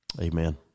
Amen